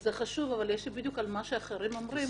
זה חשוב, אבל יש לי הערה חשובה למה שאחרים אומרים.